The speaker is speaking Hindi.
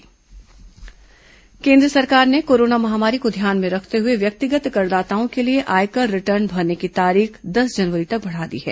आयकर रिटर्न केन्द्र सरकार ने कोरोना महामारी को ध्यान में रखते हुए व्यक्तिगत करदाताओं के लिए आयकर रिटर्न भरने की तारीख दस जनवरी तक बढ़ा दी है